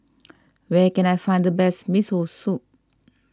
where can I find the best Miso Soup